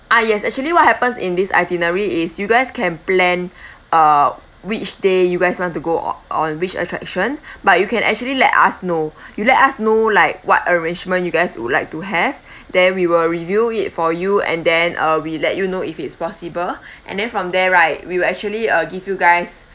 ah yes actually what happens in this itinerary is you guys can plan uh which day you guys want to go o~ on which attraction but you can actually let us know you let us know like what arrangement you guys would like to have then we will review it for you and then uh we let you know if it's possible and then from there right we will actually uh give you guys